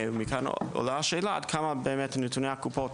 מכאן עולה השאלה עד כמה באמת נתוני הקופות,